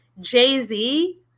Jay-Z